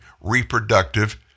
reproductive